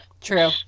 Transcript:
True